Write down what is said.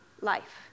life